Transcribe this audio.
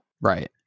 Right